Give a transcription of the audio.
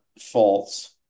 false